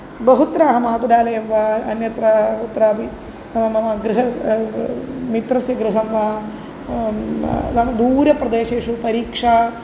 बहुत्र अहमातुरालयं वा अन्यत्र कुत्रापि मम गृहं मित्रस्य गृहं वा नाम दूरप्रदेशेषु परीक्षा